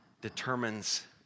determines